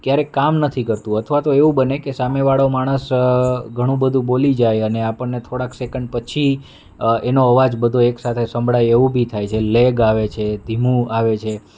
ક્યારેક કામ નથી કરતું અથવા તો એવું બને કે સામેવાળો માણસ ઘણું બધું બોલી જાય અને આપણને થોડાક સેકન્ડ પછી એનો અવાજ બધો એકસાથે સંભળાય એવું બી થાય છે લેગ આવે છે ધીમું આવે છે